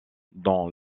dans